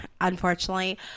unfortunately